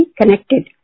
connected